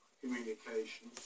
communication